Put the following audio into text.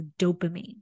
dopamine